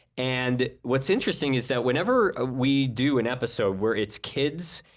and what's interesting is that whenever ah we do an episode where it's kids?